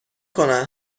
کنن